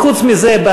וחוץ מזה,